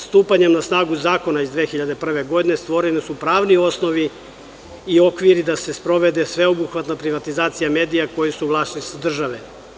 Stupanje na snagu Zakona iz 2001. godine, stvoreni su pravni osnovi i okviri da se sprovede sveobuhvatna privatizacija medija, koji su u vlasništvu države.